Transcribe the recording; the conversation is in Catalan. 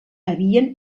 havien